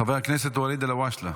חבר הכנסת ואליד אלהואשלה.